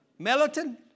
Melatonin